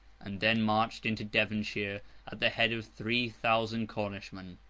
and then marched into devonshire at the head of three thousand cornishmen.